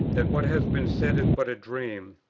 that what has been said is but a dream,